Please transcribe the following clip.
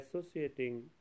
associating